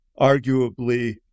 arguably